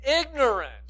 ignorant